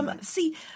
See